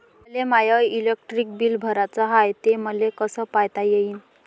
मले माय electric bill भराचं हाय, ते मले कस पायता येईन?